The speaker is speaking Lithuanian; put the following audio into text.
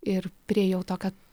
ir priėjau to ka